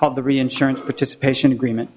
called the reinsurance participation agreement